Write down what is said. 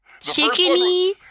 Chickeny